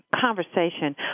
conversation